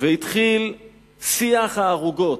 והתחיל שיח הערוגות.